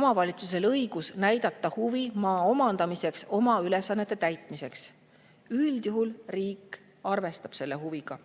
omavalitsusel õigus näidata üles huvi maa omandamiseks oma ülesannete täitmiseks. Üldjuhul riik arvestab selle huviga.